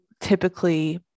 typically